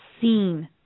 seen